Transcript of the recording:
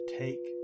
take